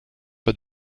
pas